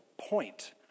point